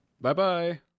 Bye-bye